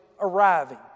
arriving